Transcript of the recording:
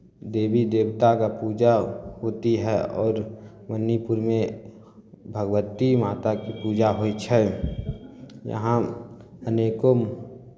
देवी देवताके पूजा होती है आओर मन्नीपुरमे भगवती माताके पूजा होइ छै यहाँ अनेको